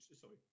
Sorry